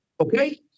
Okay